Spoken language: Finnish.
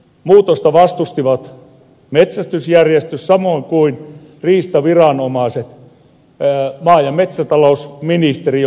muutosta vastustivat metsästysjärjestöt samoin kuin riistaviranomaiset maa ja metsätalousministeriö mukaan lukien